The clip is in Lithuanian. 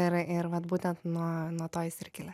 ir ir vat būtent nuo nuo to jis ir kilęs